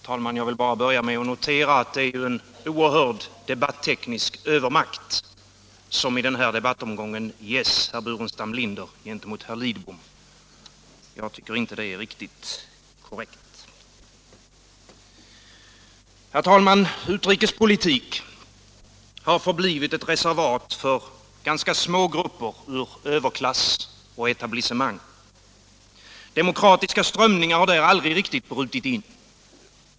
Herr talman! Jag vill börja med att notera att det är en oerhörd debatteknisk övermakt som i den här debattomgången ges herr Burenstam Linder gentemot herr Lidbom. Jag tycker inte att det är korrekt. Herr talman! Utrikespolitik har förblivit ett reservat för ganska små grupper ur överklass och etablissemang. Demokratiska strömningar har där aldrig riktigt brutit in.